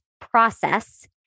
process